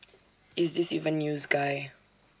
is this even news guy